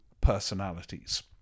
personalities